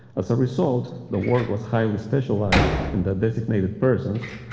as a result, the work was highly specialized and the designated persons,